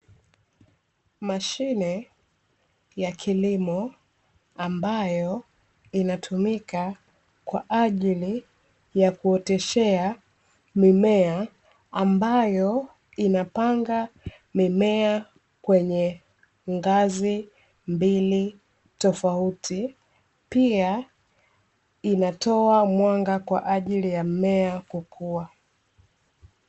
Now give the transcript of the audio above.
Mashine ya kilimo, ambayo inatumika kwa ajili ya kuoteshea mimea, ambayo inapanga mimea kwenye ngazi mbili tofauti, pia inatoa mwanga kwa ajili ya mmea kukua.